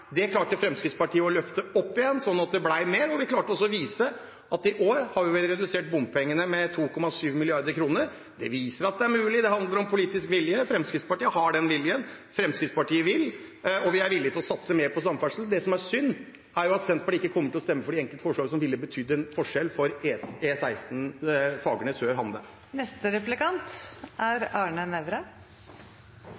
Det klarte Fremskrittspartiet å løfte opp igjen, så det ble mer. Vi klarte også å vise at i år har vi redusert bompengene med 2,7 mrd. kr. Det viser at det er mulig – det handler om politisk vilje. Fremskrittspartiet har den viljen. Fremskrittspartiet vil, og vi er villige til å satse mer på samferdsel. Det som er synd, er at Senterpartiet ikke kommer til å stemme for de enkelte forslag som ville betydd en forskjell for E16 Fagernes sør–Hande. Så lett det må være å være en FrP-er! Så fantastisk lett. Det er